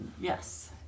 Yes